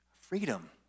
Freedom